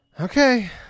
Okay